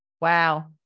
Wow